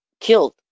killed